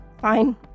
fine